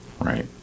Right